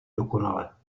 dokonale